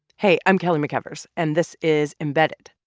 hey, i'm kelly mcevers, and this is embedded.